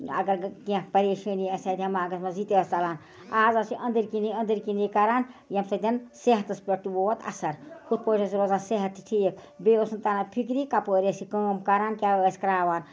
اگر کیٚنٛہہ پریشٲنی آسہِ ہا دٮ۪ماغس منٛز یہِ تہِ آسہِ ژلان آز حظ چھِ أنٛدٕر کِنی أنٛدٕر کِنی کَران ییٚمہِ سۭتۍ صحتس پٮ۪ٹھ تہِ ووت اثر ہُتھ پٲٹھۍ ٲسۍ روزان صحت تہِ ٹھیٖک بیٚیہِ اوس نہٕ تران فِکری کپٲرۍ ٲسۍ یہِ کٲم کَران کیٛاہ ٲسۍ کراوان